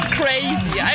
crazy